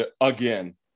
again